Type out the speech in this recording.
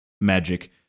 magic